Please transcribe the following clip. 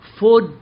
Food